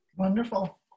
Wonderful